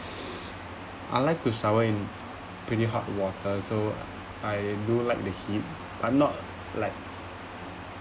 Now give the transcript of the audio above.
I like to shower in pretty hot water so I do like the heat but not like